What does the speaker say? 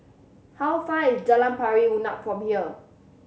how far is Jalan Pari Unak from here